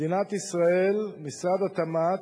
מדינת ישראל, משרד התמ"ת,